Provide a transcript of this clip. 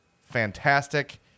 fantastic